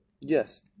Yes